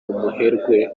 umuherwe